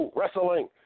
Wrestling